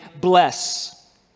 bless